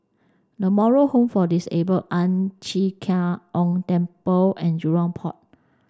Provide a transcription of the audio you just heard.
the Moral Home for Disabled Ang Chee Ong Temple and Jurong Port